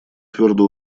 твердо